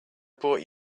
brought